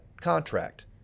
contract